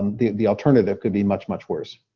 the the alternative could be much, much worse.